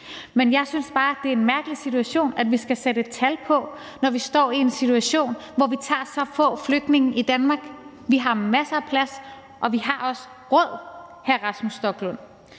Men jeg synes bare, det er mærkeligt, at vi skal sætte et tal på, når vi står i en situation, hvor vi tager så få flygtninge i Danmark. Vi har masser af plads, og vi har også råd til det, hr. Rasmus Stoklund.